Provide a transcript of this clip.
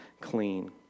clean